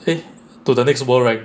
eh to the next world rank